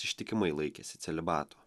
ištikimai laikėsi celibato